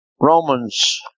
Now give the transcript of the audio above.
Romans